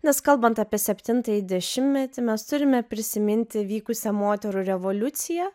nes kalbant apie septintąjį dešimtmetį mes turime prisiminti vykusią moterų revoliuciją